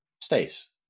Stace